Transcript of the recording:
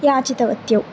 याचितवत्यौ